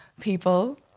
people